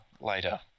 later